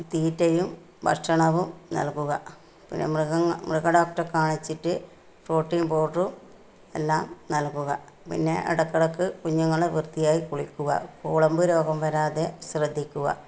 തീറ്റയും ഭക്ഷണവും നല്കുക പിന്നെ മൃഗങ്ങ മൃഗഡോക്ടറെ കാണിച്ചിട്ട് പ്രോട്ടീന് പൗഡറും എല്ലാം നല്കുക പിന്നെ ഇടക്ക് ഇടക്ക് കുഞ്ഞുങ്ങളെ വൃത്തിയായി കുളിക്കുക കുളമ്പു രോഗം വരാതെ ശ്രദ്ധിക്കുക